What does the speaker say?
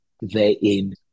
therein